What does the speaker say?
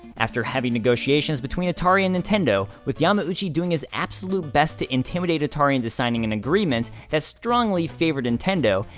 after heavy negotiations between atari and nintendo, with yamauchi doing his absolute best to intimidate atari into signing an agreement that strongly favored nintendo,